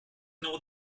nor